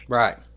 right